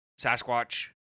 Sasquatch